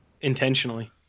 intentionally